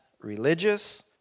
religious